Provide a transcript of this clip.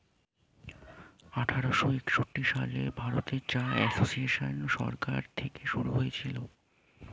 আঠারোশো একাশি সালে ভারতে চা এসোসিয়েসন সরকার থেকে শুরু করা হয়েছিল